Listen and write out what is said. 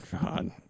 God